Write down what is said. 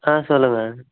ஆ சொல்லுங்கள்